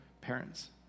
parents